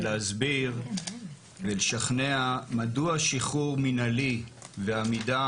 להסביר ולשכנע מדוע שחרור מנהלי ועמידה